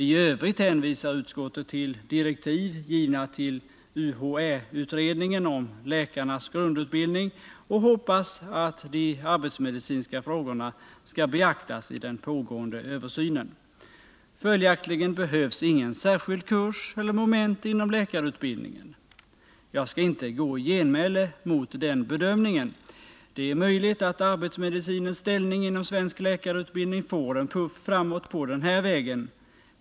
I övrigt hänvisar utskottet till direktiv givna till UHÄ-utredningen om läkarnas grundutbildning och hoppas att de arbetsmedicinska frågorna skall beaktas vid den pågående översynen. Följaktligen behövs ingen särskild kurs eller något särskilt moment inom läkarutbildningen. Jag skall inte göra något genmäle mot denna bedömning. Det är möjligt att arbetsmedicinens ställning inom svensk läkarutbildning får en puff framåt den vägen.